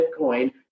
Bitcoin